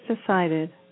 decided